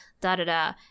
Da-da-da